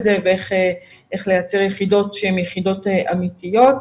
זה ואיך לייצר יחידות שהן יחידות אמיתיות.